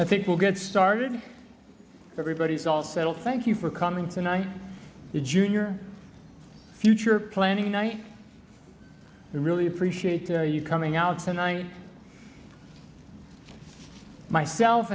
i think we'll get started everybody's all settled thank you for coming tonight the junior future planning i really appreciate you coming out and i myself